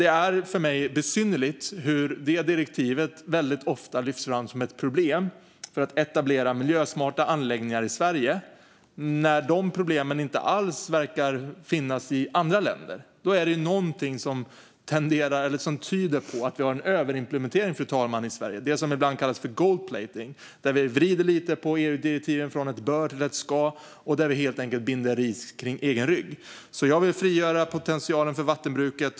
Det är för mig besynnerligt hur det direktivet väldigt ofta lyfts fram som ett problem för att etablera miljösmarta anläggningar i Sverige, medan de problemen inte alls verkar finnas i andra länder. Då är det någonting som tyder på att vi har en överimplementering i Sverige, fru talman, det som ibland kallas för gold-plating. Vi vrider lite på EU-direktiven, ändrar från ett "bör" till ett "ska" och binder helt enkelt ris åt egen rygg. Jag vill frigöra potentialen för vattenbruket.